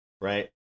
right